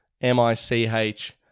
M-I-C-H